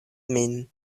min